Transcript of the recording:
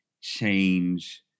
change